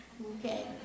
okay